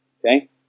Okay